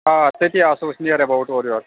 آ تٔتی آسو أسۍ نِیر ایٚباوُٹ اورٕ یور